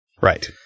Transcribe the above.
Right